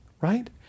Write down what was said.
right